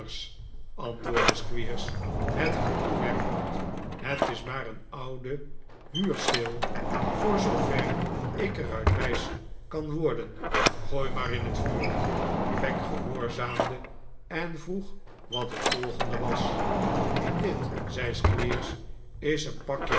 squeers het haar toewerpend het is maar een oude huurceel voor zoover ik er uit wijs kan worden gooi maar in het vuur peg gehoorzaamde en vroeg wat het volgende was dit zei squeers is een pakje